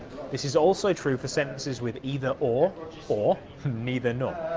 this is also true for sentences with either or or neither nor.